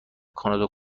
کانادا